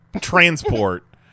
transport